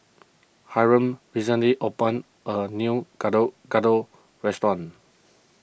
Hyrum recently opened a new Gado Gado restaurant